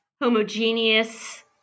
homogeneous